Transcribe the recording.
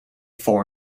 four